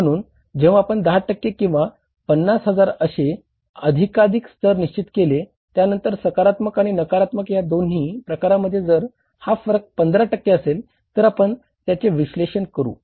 म्हणून जेव्हा आपण 10 टक्के किंवा 50 हजार अशे अधिकाधीक स्तर निश्चित केले त्यानंतर सकारात्मक आणि नकारात्मक या दोन्ही प्रकारांमध्ये जर हा फरक 15 टक्के असेल तर आपण त्याचे विश्लेषण करू